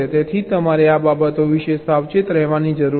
તેથી તમારે આ બાબતો વિશે સાવચેત રહેવાની જરૂર છે